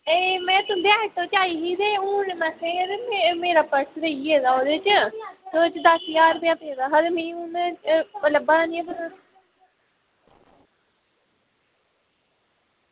एह् में तुं'दे आटो च आई ही ते हून मसां ई ते मेरा पर्स रेही गेदा ओह्दे च ते ओह्दे ई दस ज्हार पेदा हा ते मी हून लब्भा दा निं ऐ